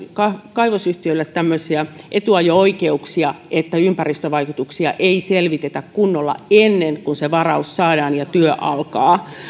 kaivosyhtiöille tämmöisiä etuajo oikeuksia että ympäristövaikutuksia ei selvitetä kunnolla ennen kuin se varaus saadaan ja työ alkaa